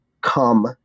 come